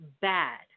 bad